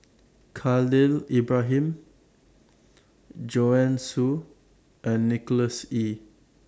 Khalil Ibrahim Joanne Soo and Nicholas Ee